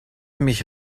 mich